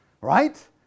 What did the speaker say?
Right